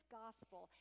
gospel